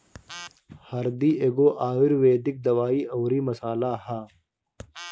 हरदी एगो आयुर्वेदिक दवाई अउरी मसाला हअ